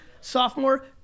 sophomore